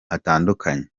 hatandukanye